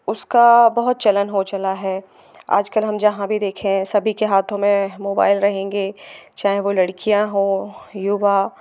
उसका बहुत चलन हो चला है आजकल हम जहाँ भी देखे हैं सभी के हाथों में मोबाइल रहेंगे चाहे वह लड़कियाँ हो युवा